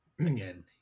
again